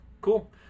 Cool